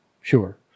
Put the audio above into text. sure